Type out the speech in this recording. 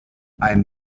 ein